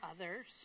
others